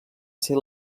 ser